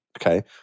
Okay